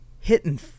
hitting